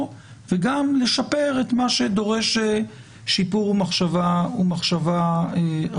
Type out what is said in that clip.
וגם לשפר את מה שדורש שיפור ומחשבה רעננה.